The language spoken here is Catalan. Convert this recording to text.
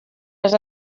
les